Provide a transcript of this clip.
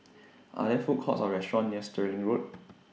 Are There Food Courts Or restaurants near Stirling Road